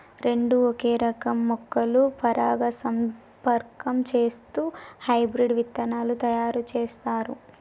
రెండు ఒకే రకం మొక్కలు పరాగసంపర్కం చేస్తూ హైబ్రిడ్ విత్తనాలు తయారు చేస్తారు